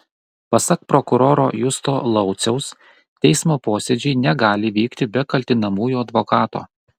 pasak prokuroro justo lauciaus teismo posėdžiai negali vykti be kaltinamųjų advokato